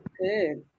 Good